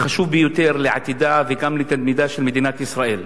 החשוב ביותר לעתידה וגם לתדמיתה של מדינת ישראל.